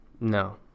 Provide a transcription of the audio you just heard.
no